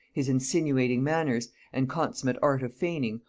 his insinuating manners, and consummate art of feigning,